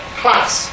class